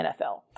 NFL